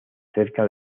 cerca